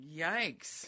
yikes